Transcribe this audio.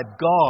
God